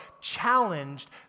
challenged